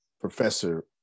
professor